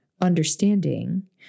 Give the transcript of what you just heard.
understanding